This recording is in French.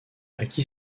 acquit